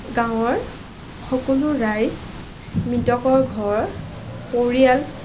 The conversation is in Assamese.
গাঁৱৰ সকলো ৰাইজ মৃতকৰ ঘৰ পৰিয়াল